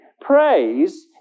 Praise